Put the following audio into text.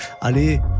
Allez